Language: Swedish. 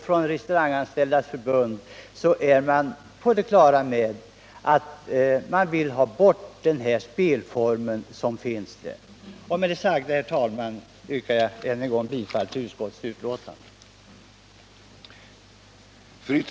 Man är i förbundet på det klara med att man vill ha bort den här spelformen från branschen. Med det sagda, herr talman, yrkar jag än en gång bifall till utskottets hemställan på alla punkter.